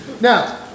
Now